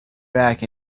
back